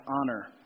honor